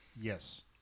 Yes